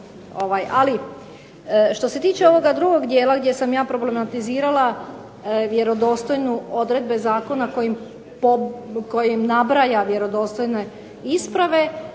Ali što se tiče ovog drugog dijela gdje sam ja problematizirala vjerodostojno odredbe zakona kojim nabraja vjerodostojne isprave,